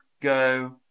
go